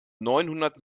neunhundert